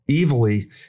evilly